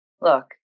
look